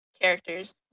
characters